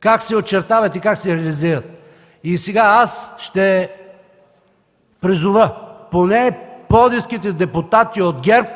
как се очертават и как се реализират. Ще призова – поне пловдивските депутати от ГЕРБ